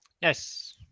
Yes